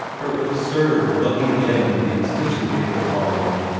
her absurd lugging in of the extension-table problem,